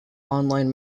online